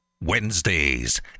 Wednesdays